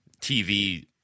TV